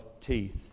teeth